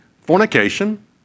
fornication